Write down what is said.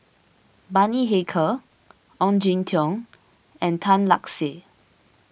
Bani Haykal Ong Jin Teong and Tan Lark Sye